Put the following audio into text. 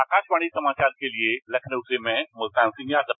आकाशवाणी समाचार के लिए लखनऊ से मै मुल्तान सिंह यादव